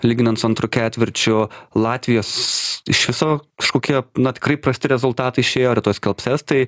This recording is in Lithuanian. lyginant su antru ketvirčiu latvijos iš viso kažkokie na tikrai prasti rezultatai išėjo ir tuoj skelbs estai